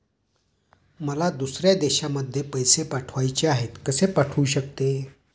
मला दुसऱ्या देशामध्ये पैसे पाठवायचे आहेत कसे पाठवू शकते?